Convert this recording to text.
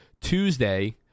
Tuesday